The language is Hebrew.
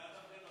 גם הפגנות.